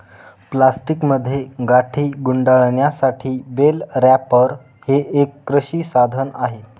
प्लास्टिकमध्ये गाठी गुंडाळण्यासाठी बेल रॅपर हे एक कृषी साधन आहे